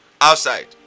outside